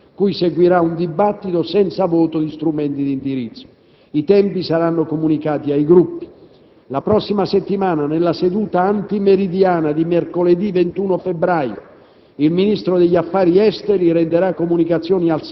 sulle recenti operazioni antiterrorismo, cui seguirà un dibattito, senza voto di strumenti di indirizzo. I tempi saranno comunicati ai Gruppi. La prossima settimana, nella seduta antimeridiana di mercoledì 21 febbraio,